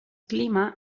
clima